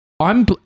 I'm-